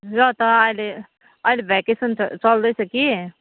र त अहिले अहिले भ्याकेसन छ चल्दैछ कि